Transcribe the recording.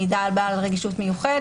מידע על בעל רגישות מיוחדת,